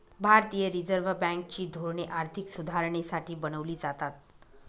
भारतीय reserve bank ची धोरणे आर्थिक सुधारणेसाठी बनवली जातात